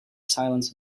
silence